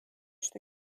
что